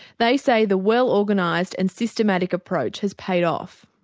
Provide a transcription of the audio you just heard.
they say the well organised and systematic approach has paid off.